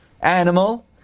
animal